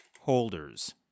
holders